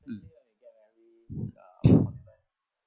mm